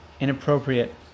inappropriate